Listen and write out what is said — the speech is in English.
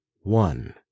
one